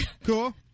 cool